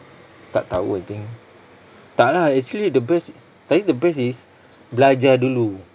tak tahu I think tak lah actually the best tapi the best is belajar dulu